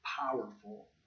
powerful